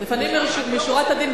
לפנים משורת הדין,